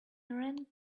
rang